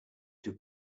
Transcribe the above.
took